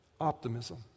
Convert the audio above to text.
optimism